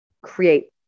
create